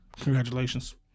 Congratulations